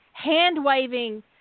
Hand-waving